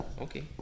Okay